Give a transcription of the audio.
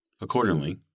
Accordingly